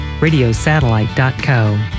radiosatellite.co